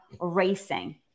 racing